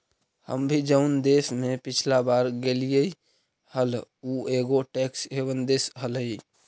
हम भी जऊन देश में पिछला बार गेलीअई हल ऊ एगो टैक्स हेवन देश हलई